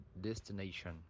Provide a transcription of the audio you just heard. destination